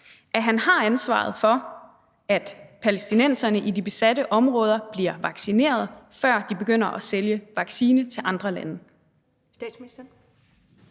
at han har ansvaret for, at palæstinenserne i de besatte områder bliver vaccineret, før de begynder at sælge vaccine til andre lande?